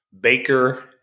Baker